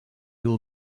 will